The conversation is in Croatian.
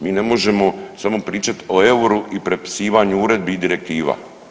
Mi ne možemo samo pričati o euru i prepisivanju uredbi i direktiva.